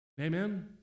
Amen